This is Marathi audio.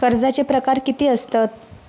कर्जाचे प्रकार कीती असतत?